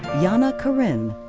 yana karin,